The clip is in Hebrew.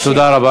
תודה.